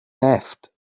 left